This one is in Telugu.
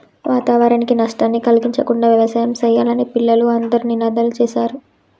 వాతావరణానికి నష్టాన్ని కలిగించకుండా యవసాయం సెయ్యాలని పిల్లలు అందరూ నినాదాలు సేశారు